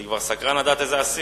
אני כבר סקרן לדעת איזה אסיר.